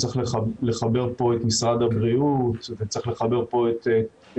צריך לחבר פה את משרד הבריאות וצריך לחבר עוד